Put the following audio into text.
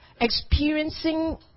Experiencing